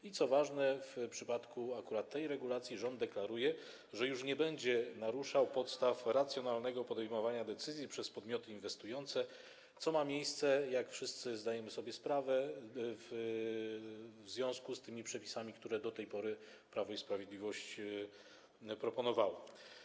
I, co ważne w przypadku akurat tej regulacji, rząd deklaruje, że już nie będzie naruszał podstaw racjonalnego podejmowania decyzji przez podmioty inwestujące, co ma miejsce, jak wszyscy zdajemy sobie sprawę, w związku z tymi przepisami, które do tej pory Prawo i Sprawiedliwość proponowało.